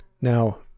Now